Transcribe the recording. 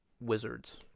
wizards